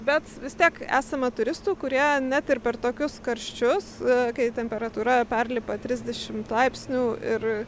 bet vis tiek esama turistų kurie net ir per tokius karščius kai temperatūra perlipa trisdešimt laipsnių ir